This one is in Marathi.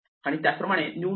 आणि त्याचप्रमाणे न्यू नोड